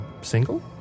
single